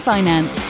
Finance